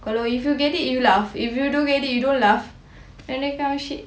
kalau if you get it you laugh if you don't get it you dont laugh you know that kind of shit